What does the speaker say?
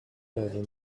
than